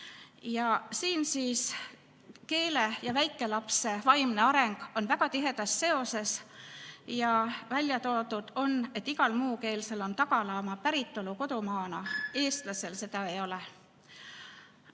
Keele areng ja väikelapse vaimne areng on väga tihedas seoses ja on välja toodud, et igal muukeelsel on tagala oma päritolu kodumaana, eestlasel seda ei ole.